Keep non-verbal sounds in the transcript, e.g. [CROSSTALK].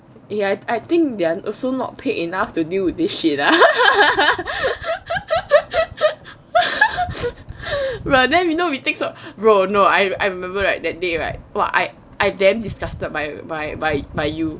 eh I think they're also not paid enough to deal with this shit ah [LAUGHS] bruh then we know we think so bro no I I remember right that day right !wah! I damn disgusted by by by by you